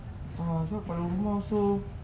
ah so kalau rumah also